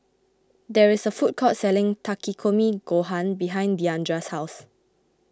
there is a food court selling Takikomi Gohan behind Diandra's house